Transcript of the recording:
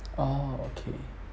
orh okay